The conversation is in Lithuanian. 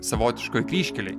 savotiškoj kryžkelėj